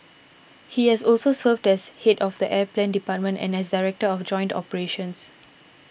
he has also served as head of the air plan department and as director of joint operations